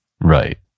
Right